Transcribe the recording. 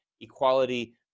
equality